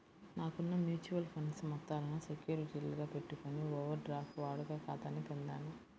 నాకున్న mutual funds మొత్తాలను సెక్యూరిటీలుగా పెట్టుకొని ఓవర్ డ్రాఫ్ట్ వాడుక ఖాతాని పొందాను